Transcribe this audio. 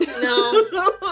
No